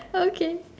okay